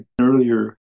earlier